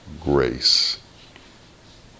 grace